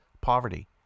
poverty